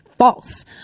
false